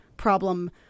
problem